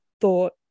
thought